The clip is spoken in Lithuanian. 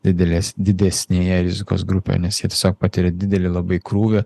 didelės didesnėje rizikos grupėje nes jie tiesiog patiria didelį labai krūvį